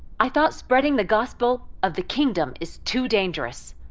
i thought spreading the gospel of the kingdom is too dangerous.